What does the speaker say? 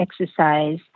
exercise